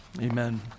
Amen